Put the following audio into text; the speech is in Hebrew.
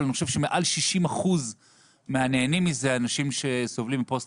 אבל אני חושב שמעל 60% מהנהנים מזה הם אנשים שסובלים מפוסט